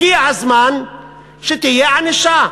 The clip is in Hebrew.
הגיע הזמן שתהיה ענישה.